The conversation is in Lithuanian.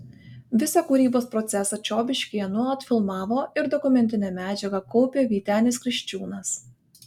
visą kūrybos procesą čiobiškyje nuolat filmavo ir dokumentinę medžiagą kaupė vytenis kriščiūnas